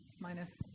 minus